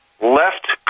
Left